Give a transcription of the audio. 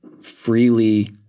freely